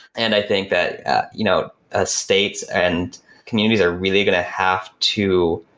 and i think that you know ah states and communities are really going to have to,